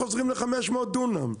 חוזרים ל-500 דונם,